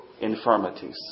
Infirmities